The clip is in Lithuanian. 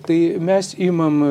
tai mes imam